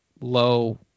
low